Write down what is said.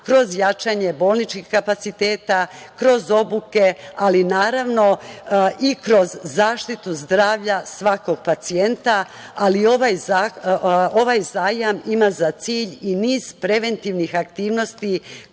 kroz jačanje bolničkih kapaciteta, kroz obuke, ali naravno i kroz zaštitu zdravlja svakog pacijenta ali ovaj zajam ima za cilj i niz preventivnih aktivnosti